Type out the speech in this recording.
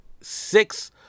six